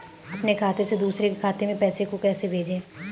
अपने खाते से दूसरे के खाते में पैसे को कैसे भेजे?